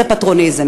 זו פטרונות.